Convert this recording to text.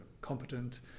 competent